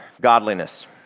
Godliness